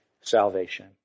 salvation